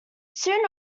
sooner